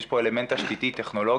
יש פה אלמנט תשתיתי-טכנולוגי.